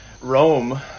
Rome